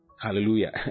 hallelujah